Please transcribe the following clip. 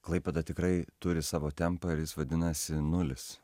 klaipėda tikrai turi savo tempą ir jis vadinasi nulis